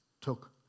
took